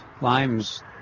limes